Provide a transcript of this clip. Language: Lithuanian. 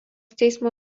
teismo